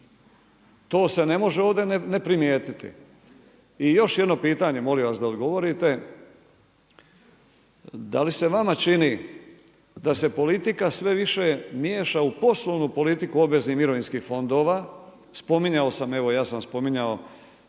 To se ne može ovdje ne primijetiti. I još jedno pitanje, molim vas da odgovorite. Da li se vama čini da se politika sve više miješa u poslovnu politiku obveznih mirovinskih fondova, spominjao sam Borovo, Petrokemija,